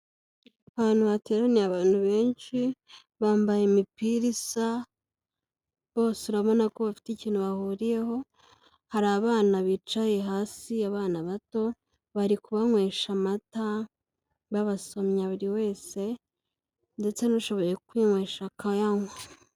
Ahantu hateraniye abantu benshi bambaye imipira isa, bose urabona ko bafite ikintu bahuriyeho, hari abana bicaye hasi abana bato bari kubanywesha amata babasomya buri wese ndetse n'ushoboye kwinywesha kayanywa.